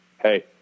hey